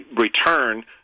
return